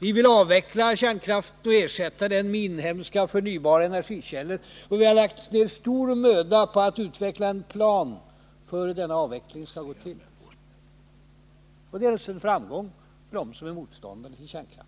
Vi vill avveckla kärnkraften och ersätta den med inhemska förnybara energikällor, och vi har lagt ned stor möda på att utveckla en plan för hur denna avveckling skall gå till. Det är naturligtvis en framgång för dem som är motståndare till kärnkraften.